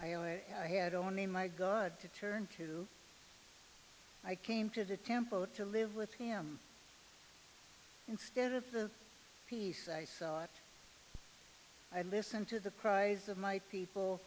am i had only my god to turn to i came to the temple to live with him instead of the peace i sought i listened to the cries of my people